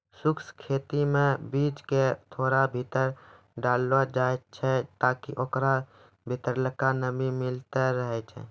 शुष्क खेती मे बीज क थोड़ा भीतर डाललो जाय छै ताकि ओकरा भीतरलका नमी मिलतै रहे